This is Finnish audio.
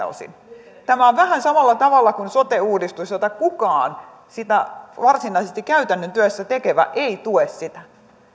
osin tämä on vähän samalla tavalla kuin sote uudistus kukaan varsinaisesti käytännön työtä tekevä ei tue sitä